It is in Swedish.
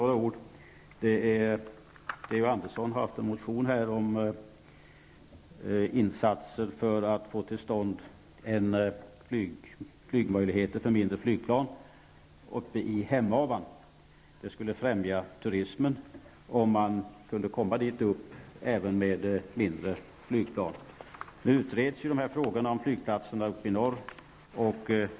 Georg Andersson har haft en motion om insatser för att få till stånd flygmöjligheter för mindre flygplan i Hemavan. Det skulle främja turismen om man kunde komma dit upp även med mindre flygplan. Frågan om flygplatser i norr utreds.